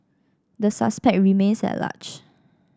the suspect remains at large